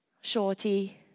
shorty